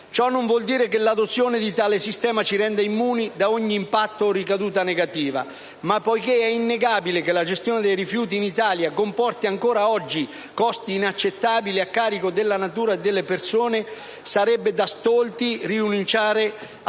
Ciò non vuol dire che l'adozione di tale sistema ci renda immuni da ogni impatto o ricaduta negativa, ma poiché è innegabile che la gestione dei rifiuti in Italia comporti ancora oggi costi inaccettabili a carico della natura e delle persone, sarebbe da stolti rinunciare